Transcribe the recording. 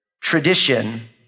tradition